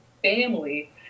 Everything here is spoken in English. family